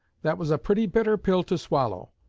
that was a pretty bitter pill to swallow,